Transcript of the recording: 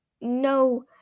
no